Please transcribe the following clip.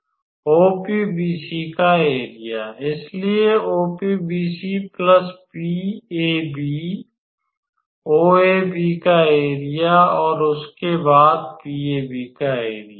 OPBC का area इसलिए OPBC plus PAB OABC का एरिया और उसके बाद PAB का एरिया